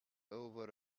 over